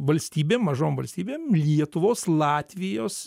valstybėm mažom valstybėm jį lietuvos latvijos